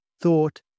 thought